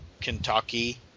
Kentucky